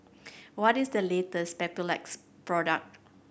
what is the latest Papulex product